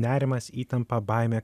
nerimas įtampa baimė